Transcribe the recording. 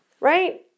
right